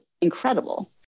incredible